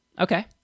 Okay